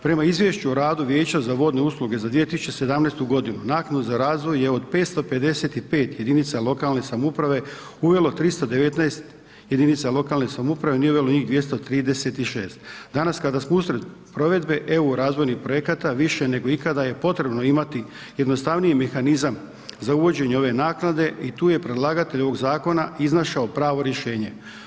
Prema izvješću o radu Vijeća za vodne usluge za 2017. g., naknadu za razvoj je od 555 jedinica lokalne samouprave uvelo 319 jedinica lokalne samouprave a nije uvelo njih 236. danas kada smo usred provedbe EU razvojnih projekata više nego ikad je potrebno imati jednostavniji mehanizam za uvođenje ove naknade i tu je predlagatelj ovog zakona iznašao pravo rješenje.